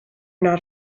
not